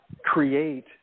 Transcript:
create